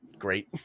Great